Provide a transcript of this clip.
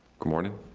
good morning